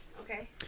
Okay